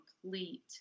complete